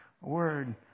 Word